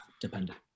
dependent